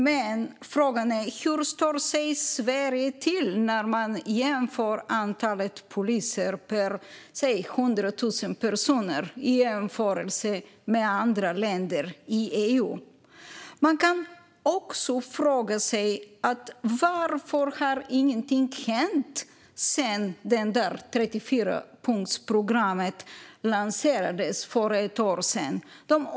Men frågan är hur Sverige står sig när man jämför antalet poliser per 100 000 personer med andra länder i EU. Man kan också fråga sig varför inget har hänt sedan 34-punktsprogrammet lanserades för ett år sedan.